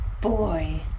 Boy